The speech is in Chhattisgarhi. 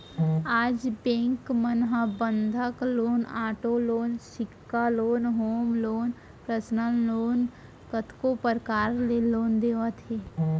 आज बेंक मन ह बंधक लोन, आटो लोन, सिक्छा loan, home loan, personal loan कतको परकार ले लोन देवत हे